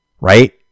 Right